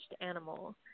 animal